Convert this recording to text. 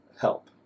help